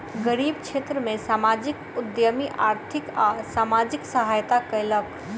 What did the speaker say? गरीब क्षेत्र में सामाजिक उद्यमी आर्थिक आ सामाजिक सहायता कयलक